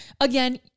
again